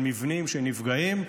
של מבנים שנפגעים.